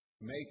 Make